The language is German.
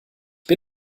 bin